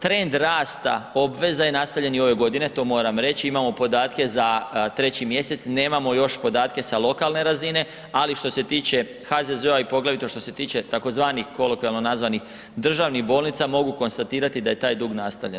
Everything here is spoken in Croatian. Trend rasta obveza je nastavljen i ove godine, to moram reći imamo podatke za 3. mjesec, nemamo još podatke sa lokalne razine, ali što se tiče HZZO-a i poglavito što se tiče tzv. kolokvijalno nazvanih državnih bolnica mogu konstatirati da je taj dug nastavljen.